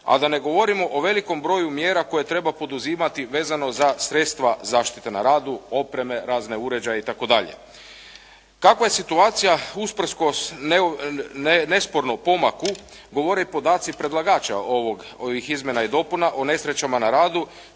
a da ne govorimo o velikom broju mjera koje treba poduzimati vezano za sredstva zaštite na radu, opreme, razne uređaje itd. Kakva je situacija usprkos nespornom pomaku govore podaci predlagača ovih izmjena i dopuna o nesrećama na radu